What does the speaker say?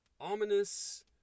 ominous